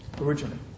originally